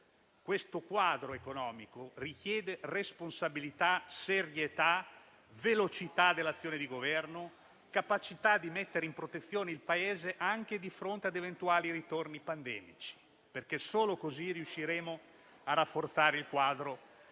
Questo quadro economico richiede responsabilità, serietà, velocità dell'azione di Governo, capacità di mettere in protezione il Paese, anche di fronte a eventuali ritorni pandemici. Solo così riusciremo a rafforzare il quadro economico